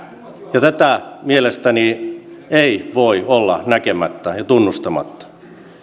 ja tätä mielestäni ei voi olla näkemättä ja ja tunnustamatta